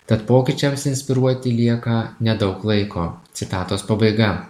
tad pokyčiams inspiruoti lieka nedaug laiko citatos pabaiga